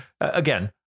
again